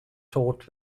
taught